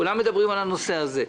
כולם מדברים על הנושא הזה.